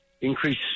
increase –